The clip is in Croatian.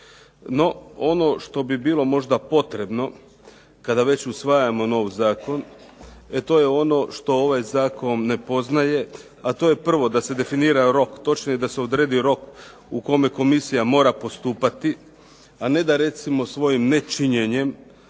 No ono što bi bilo možda potrebno kada već usvajamo novi zakon, e to je ono što ovaj zakon ne poznaje, a to je prvo da se definirao rok, točnije da se odredi rok u kome komisija mora postupati, a ne da recimo svojim nečinjenjem